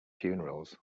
funerals